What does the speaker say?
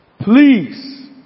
Please